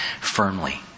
firmly